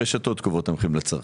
הרשתות קובעות את המחירים לצרכן.